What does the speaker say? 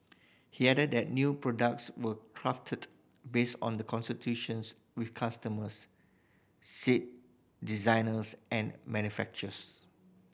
he added that new products were crafted based on the consultations with customers seat designers and manufacturers